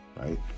right